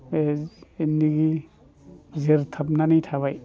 ओइ जिन्दिगि जोरथाबनानै थाबाय